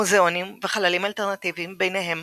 מוזיאונים וחללים אלטרנטיביים, ביניהם